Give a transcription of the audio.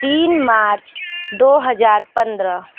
तीन मार्च दो हज़ार पंद्रह